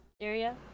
area